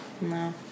No